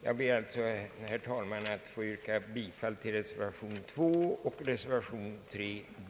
Jag ber alltså, herr talman, att få yrka bifall till reservationerna 2 och 3 b.